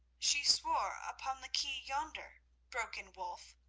she swore upon the quay yonder broke in wulf.